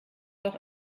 doch